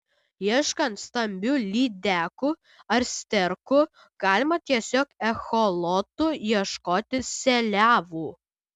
ieškant stambių lydekų ar sterkų galima tiesiog echolotu ieškoti seliavų